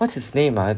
what's his name ah